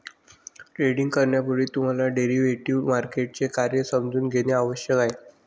trading करण्यापूर्वी तुम्हाला derivative मार्केटचे कार्य समजून घेणे आवश्यक आहे